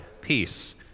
peace